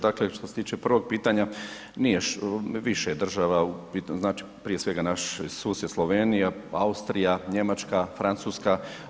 Dakle što se tiče prvog pitanja, nije više je država, prije svega naš susjed Slovenija, Austrija, Njemačka, Francuska.